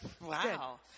Wow